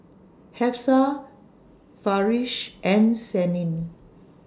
Hafsa Farish and Senin